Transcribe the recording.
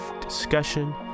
discussion